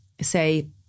say